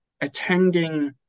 attending